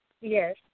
Yes